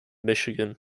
michigan